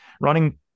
running